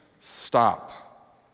stop